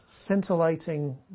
scintillating